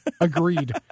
agreed